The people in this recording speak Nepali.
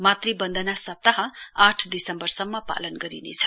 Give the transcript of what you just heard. मातृ बन्दना सप्ताह आठ दिसम्बर सम्म पालन गरिनेछ